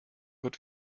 wird